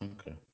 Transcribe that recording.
Okay